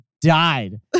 died